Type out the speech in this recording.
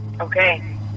Okay